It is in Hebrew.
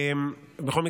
בכל מקרה,